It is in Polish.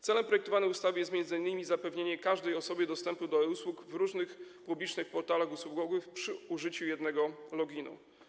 Celem projektowanej ustawy jest m.in zapewnienie każdej osobie dostępu do e-usług w różnych publicznych portalach usługowych przy użyciu jednego loginu.